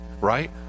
right